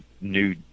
new